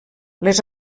les